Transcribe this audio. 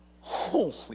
Holy